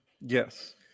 Yes